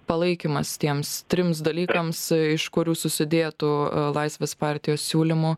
palaikymas tiems trims dalykams iš kurių susidėtų laisvės partijos siūlymu